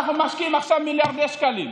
ואנחנו משקיעים עכשיו מיליארדי שקלים.